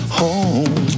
home